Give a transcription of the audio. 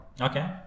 Okay